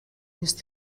است